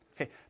okay